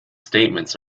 statements